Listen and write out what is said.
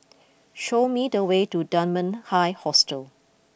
show me the way to Dunman High Hostel